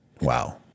wow